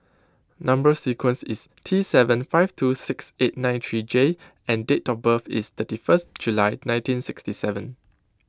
Number Sequence is T seven five two six eight nine three J and date of birth is thirty first July nineteen sixty seven